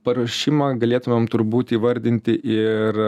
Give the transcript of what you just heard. paruošimą galėtumėm turbūt įvardinti ir